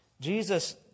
Jesus